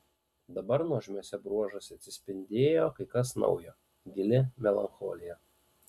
dabar nuožmiuose bruožuose atsispindėjo kai kas nauja gili melancholija